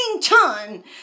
Chun